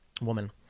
woman